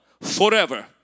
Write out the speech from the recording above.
forever